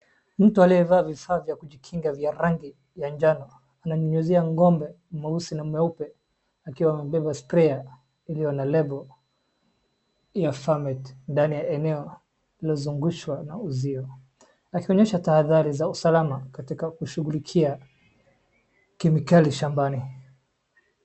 Mtu aliyevaa vifaa vya kujikinga vya rangi ya njano ananyunyizia ngombe, mweusi na mweupe akiwa amebeba Sprayer iliyo na label ya Farmate ndani ya eneo iliozungushwa na kizuio akionyesha taathari za usalama katika kushughulikia kemikali shambani.